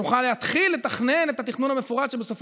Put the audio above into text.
נוכל להתחיל לתכנן את התכנון המפורט שבסופו